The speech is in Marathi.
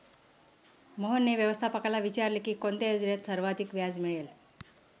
मोहनने व्यवस्थापकाला विचारले की कोणत्या योजनेत सर्वाधिक व्याज मिळेल?